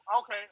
okay